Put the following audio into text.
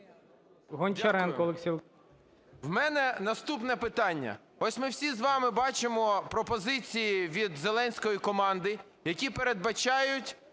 У мене наступне питання. Ось ми всі з вами бачимо пропозиції від Зеленського і команди, які передбачають